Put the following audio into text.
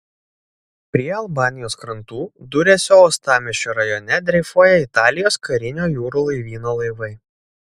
prie albanijos krantų duresio uostamiesčio rajone dreifuoja italijos karinio jūrų laivyno laivai